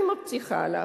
אני מבטיחה לך,